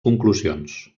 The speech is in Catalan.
conclusions